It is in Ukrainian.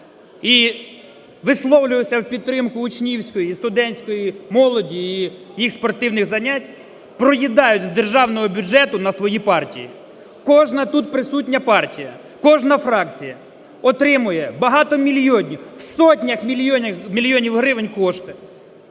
і висловлювався в підтримку учнівської і студентської молоді і їх спортивних занять, проїдають з державного бюджету на свої партії. Кожна тут присутня партія, кожна фракція отримує багатомільйонні, в сотнях мільйонів гривень кошти.